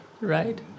right